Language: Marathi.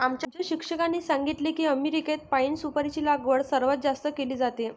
आमच्या शिक्षकांनी सांगितले की अमेरिकेत पाइन सुपारीची लागवड सर्वात जास्त केली जाते